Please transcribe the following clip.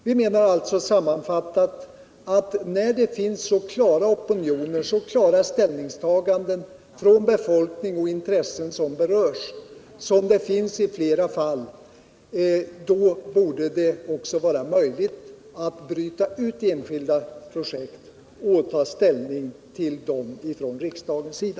Vi menar därför, sammanfattat, att när det finns så klara ställningstaganden av befolkningen och berörda intressen som det finns i flera fall, så borde det vara möjligt att bryta ut enskilda projekt och ta ställning till dem från riksdagens sida.